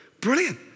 brilliant